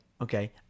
okay